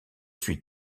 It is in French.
suis